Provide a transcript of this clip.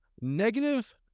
negative